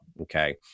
Okay